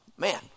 Man